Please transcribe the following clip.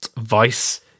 Vice